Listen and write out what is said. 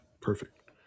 Perfect